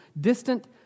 distant